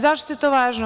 Zašto je to važno?